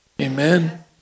Amen